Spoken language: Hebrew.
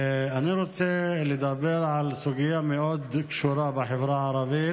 אני רוצה לדבר על סוגיה מאוד קשורה בחברה הערבית,